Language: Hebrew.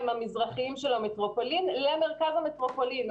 המזרחיים של המטרופולין למרכז המטרופולין.